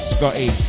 Scotty